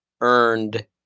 earned